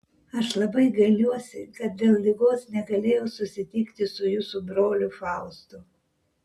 aš labai gailiuosi kad dėl ligos negalėjau susitikti su jūsų broliu faustu